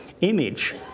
image